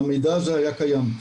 המידע הזה היה קיים.